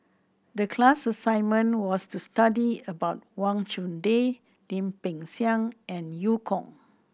the class assignment was to study about Wang Chunde Lim Peng Siang and Eu Kong